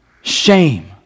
Shame